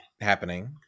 happening